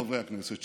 חברי הכנסת,